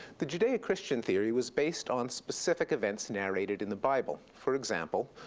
the judeo-christian theory was based on specific events narrated in the bible. for example,